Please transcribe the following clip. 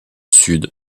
sud